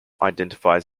identifies